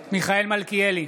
מלכיאלי,